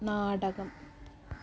നാടകം